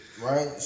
Right